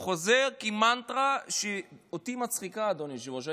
חוזר כמו מנטרה, שאותי מצחיקה, אדוני היושב-ראש.